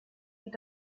geht